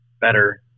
better